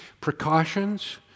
precautions